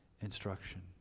instruction